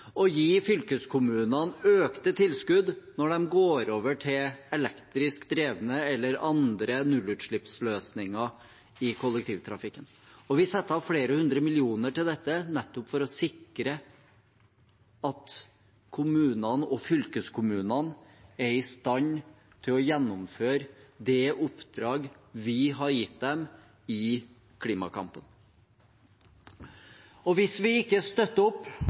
og gi fylkeskommunene økte tilskudd når de går over til elektrisk drevne eller andre nullutslippsløsninger i kollektivtrafikken. Vi setter av flere hundre millioner til dette nettopp for å sikre at kommunene og fylkeskommunene er i stand til å gjennomføre det oppdraget vi har gitt dem i klimakampen. Hvis vi ikke støtter opp